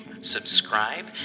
subscribe